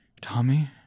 Tommy